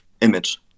image